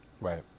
Right